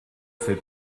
fais